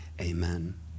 amen